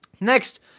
Next